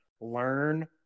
Learn